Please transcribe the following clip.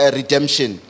redemption